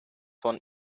von